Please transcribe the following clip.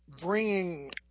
bringing